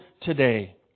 today